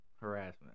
harassment